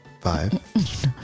five